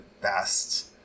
best